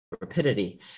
rapidity